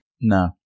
No